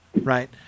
right